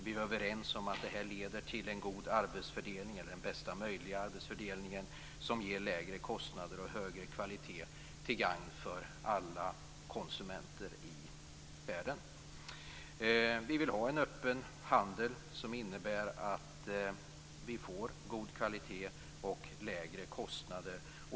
Vi är överens om att det här leder till en god arbetsfördelning, den bästa möjliga, som ger lägre kostnader och högre kvalitet till gagn för alla konsumenter i världen. Vi vill ha en öppen handel som innebär att vi får god kvalitet och lägre kostnader.